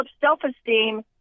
self-esteem